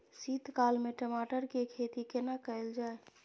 शीत काल में टमाटर के खेती केना कैल जाय?